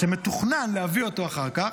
שמתוכנן להביא אותו אחר כך.